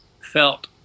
felt